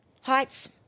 Heights